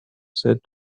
said